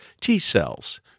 T-cells